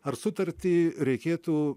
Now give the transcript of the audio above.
ar sutartį reikėtų